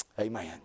amen